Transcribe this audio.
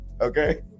okay